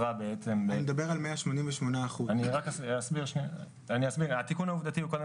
אני מדבר על 188%. התיקון העובדתי הוא קודם